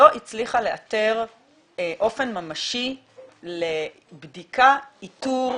לא הצליחה לאתר אופן ממשי לבדיקה, איתור